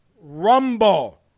RUMBLE